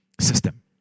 system